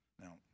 Now